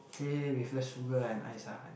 teh with less sugar and ice ah I think